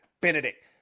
Benedict